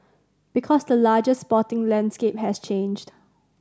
because the larger sporting landscape has changed